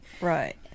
right